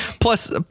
Plus